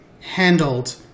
handled